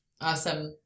Awesome